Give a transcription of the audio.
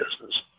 business